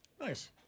Nice